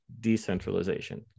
Decentralization